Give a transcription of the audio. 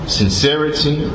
sincerity